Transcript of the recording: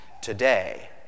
Today